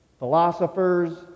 philosophers